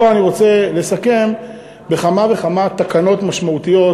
פה אני רוצה לסכם בכמה וכמה תקנות משמעותיות